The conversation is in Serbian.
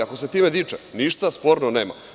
Ako se time diče, ništa sporno nema.